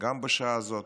גם בשעה הזאת,